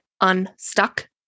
unstuck